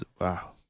Wow